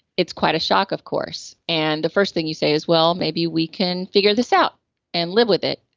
it's quite a shock of course, and the first thing you say is, well, maybe we can figure this out and live with it.